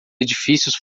edifícios